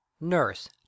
Nurse